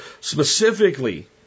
specifically